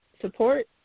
Support